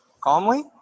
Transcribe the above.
calmly